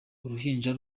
uruhinja